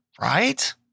right